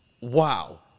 Wow